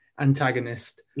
antagonist